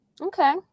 Okay